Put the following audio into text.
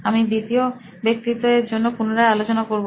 আমরা দ্বিতীয় ব্যক্তিত্ব এর জন্য পুনরায় আলোচনা করবো